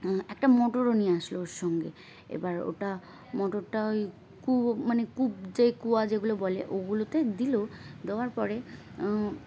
একটা মোটরও নিয়ে আসলো ওর সঙ্গে এবার ওটা মোটরটা ওই কুয়ো মানে কূপ যে কুয়া যেগুলো বলে ওগুলোতে দিল দেওয়ার পরে